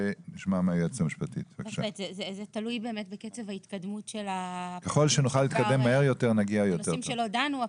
זה תלוי בקצב ההתקדמות בנושאים שלא דנו בהם,